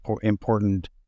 important